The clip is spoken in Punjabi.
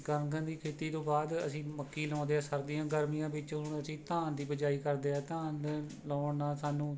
ਕਣਕਾਂ ਦੀ ਖੇਤੀ ਤੋਂ ਬਾਅਦ ਅਸੀਂ ਮੱਕੀ ਲਾਉਂਦੇ ਹਾਂ ਸਰਦੀਆਂ ਗਰਮੀਆਂ ਵਿੱਚ ਹੁਣ ਅਸੀਂ ਧਾਨ ਦੀ ਬਿਜਾਈ ਕਰਦੇ ਹਾਂ ਧਾਨ ਲਾਉਣ ਨਾਲ ਸਾਨੂੰ